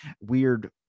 weird